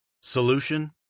Solution